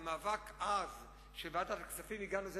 במאבק עז של ועדת הכספים הגענו,